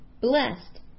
Blessed